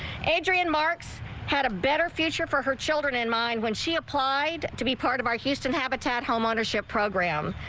adrian marks had a better future for her children in mind when she applied to be part of our houston habitat home ownership program.